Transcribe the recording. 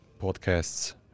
podcasts